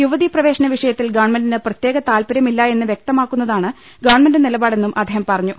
യുവതീപ്രവേശന വിഷയത്തിൽ ഗവൺമെന്റിന് പ്രത്യേക താൽപര്യമില്ല എന്ന് വ്യക്തമാക്കുന്നതാണ് ഗവൺമെന്റ് നിലപാടെന്നും അദ്ദേഹം പറഞ്ഞു